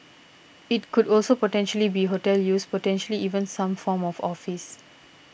it could also potentially be hotel use potentially even some form of office